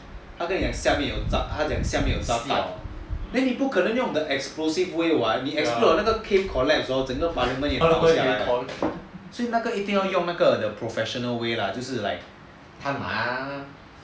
他跟你讲下面有炸弹 then 你不可能用 the explosive way [what] if it explodes then 整个 cave collapse hor 整个倒下来所以那个一定要用 the professional way lah 就是 like